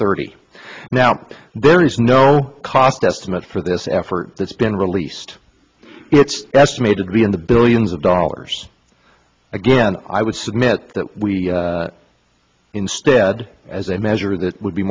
thirty now there is no cost estimate for this effort that's been released it's estimated to be in the billions of dollars again i would submit that we instead as a measure that would be